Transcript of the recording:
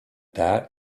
that